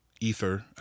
ether